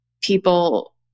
people